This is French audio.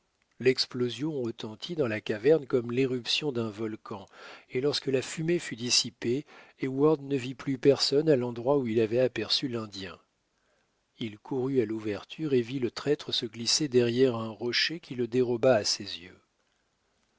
l'explosion retentit dans la caverne comme l'éruption d'un volcan et lorsque la fumée fut dissipée heyward ne vit plus personne à l'endroit où il avait aperçu l'indien il courut à l'ouverture et vit le traître se glisser derrière un rocher qui le déroba à ses yeux